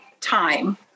time